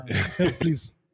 Please